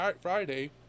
Friday